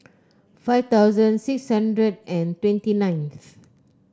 five thousand six hundred and twenty nineth